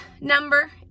number